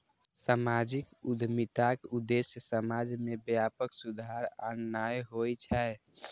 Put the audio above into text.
सामाजिक उद्यमिताक उद्देश्य समाज मे व्यापक सुधार आननाय होइ छै